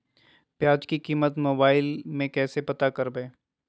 प्याज की कीमत मोबाइल में कैसे पता करबै?